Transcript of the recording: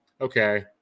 okay